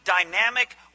dynamic